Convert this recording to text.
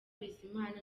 bizimana